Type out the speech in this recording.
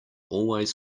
always